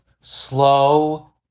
Slow